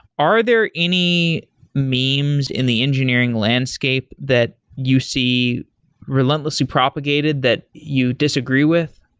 are there any memes in the engineering landscape that you see relentlessly propagated that you disagree with?